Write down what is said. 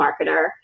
marketer